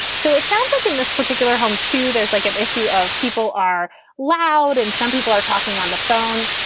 so it sounds like in this particular home, too, there's like an issue of people are loud and some people are talking on the phone.